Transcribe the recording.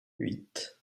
huit